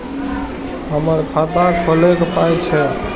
हमर खाता खौलैक पाय छै